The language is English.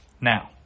Now